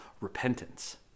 repentance